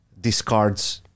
discards